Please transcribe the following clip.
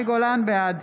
בעד